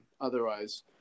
otherwise